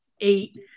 eight